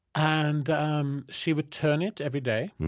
and um she would turn it every day,